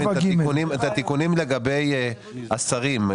את התיקונים לגבי השרים,